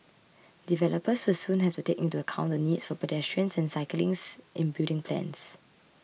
developers will soon have to take into account the needs of pedestrians and cyclists in building plans